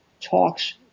talks